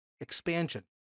expansion